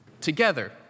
together